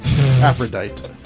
Aphrodite